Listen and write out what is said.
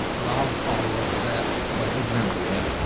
but i will follow up with that like ah